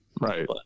Right